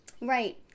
right